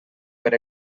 per